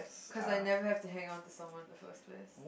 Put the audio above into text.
cause I never have to hang on with someone in the first place